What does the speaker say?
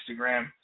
Instagram